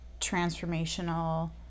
transformational